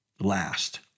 Last